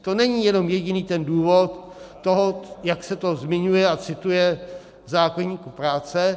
To není jenom jediný ten důvod toho, jak se to zmiňuje a cituje v zákoníku práce.